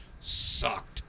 sucked